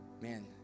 Man